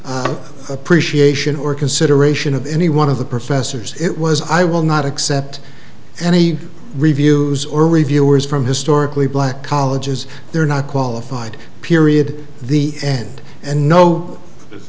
hominum appreciation or consideration of any one of the professors it was i will not accept any reviews or reviewers from historically black colleges they're not qualified period the end and no